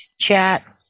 chat